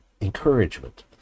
Encouragement